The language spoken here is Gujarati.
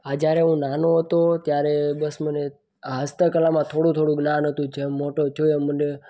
હા જ્યારે હું નાનો હતો ત્યારે બસ મને આ હસ્તકલામાં થોડું થોડું ઘણું જ્ઞાન હતું જેમ મોટો થયો એમ મને